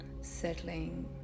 settling